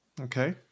Okay